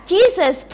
Jesus